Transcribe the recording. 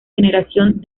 generación